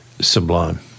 sublime